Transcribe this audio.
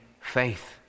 Faith